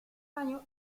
años